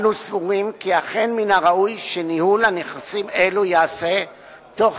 אנו סבורים כי אכן מן הראוי שניהול נכסים אלו ייעשה תוך